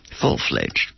full-fledged